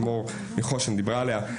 שמור מחוש"ן דיברה עליו,